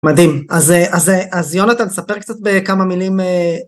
מדהים אז יונתן ספר קצת בכמה מילים